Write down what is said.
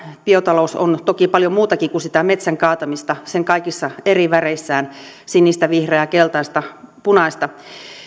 biotalous on toki paljon muutakin kuin sitä metsän kaatamista sen kaikissa eri väreissä sinistä vihreää keltaista punaista